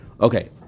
Okay